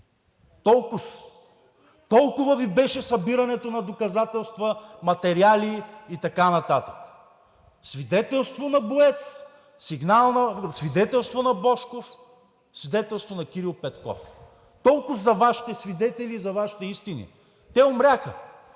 Толкова Ви беше събирането на доказателства, материали и така нататък! Свидетелство на БОЕЦ, свидетелство на Божков, свидетелство на Кирил Петков – толкоз за Вашите свидетели, за Вашите истини. Те умряха!